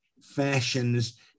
fashions